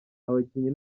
abakinnyi